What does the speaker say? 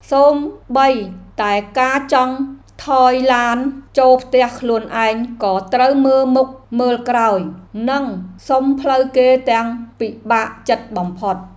សូម្បីតែការចង់ថយឡានចូលផ្ទះខ្លួនឯងក៏ត្រូវមើលមុខមើលក្រោយ និងសុំផ្លូវគេទាំងពិបាកចិត្តបំផុត។